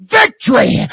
victory